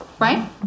Right